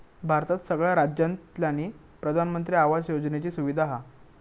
भारतात सगळ्या राज्यांतल्यानी प्रधानमंत्री आवास योजनेची सुविधा हा